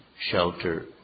shelter